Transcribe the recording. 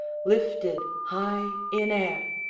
lifted high in air.